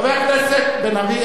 חבר הכנסת בן-ארי,